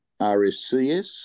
RSCS